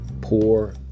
Poor